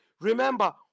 Remember